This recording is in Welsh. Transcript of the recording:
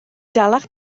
dalach